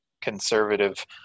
conservative